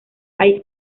hay